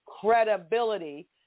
credibility